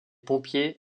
pompiers